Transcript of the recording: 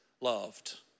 loved